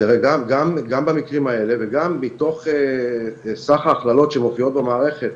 גם במקרים האלה וגם מתוך סך ההכללות שמופיעות במערכת,